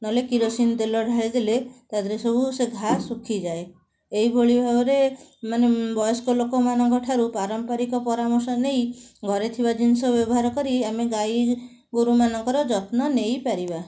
ନହେଲେ କିରୋସିନ ତେଲ ଢାଳିଦେଲେ ତା'ଦେହରେ ସବୁ ସେ ଘାଆ ଶୁଖିଯାଏ ଏଇଭଳି ଭାବରେ ମାନେ ବୟସ୍କ ଲୋକମାନଙ୍କ ଠାରୁ ପାରମ୍ପରିକ ପରାମର୍ଶ ନେଇ ଘରେ ଥିବା ଜିନିଷ ବ୍ୟବହାର କରି ଆମେ ଗାଈଗୋରୁ ମାନଙ୍କର ଯତ୍ନ ନେଇପାରିବା